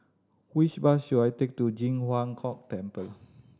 which bus should I take to Ji Huang Kok Temple